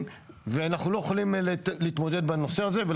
ואנחנו לא יכולים להתמודד בנושא הזה.